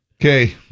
Okay